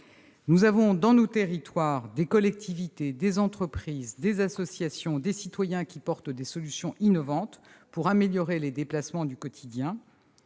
Nous avons dans nos territoires des collectivités, des entreprises, des associations, des citoyens qui portent des solutions innovantes pour améliorer les déplacements du quotidien